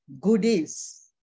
goodies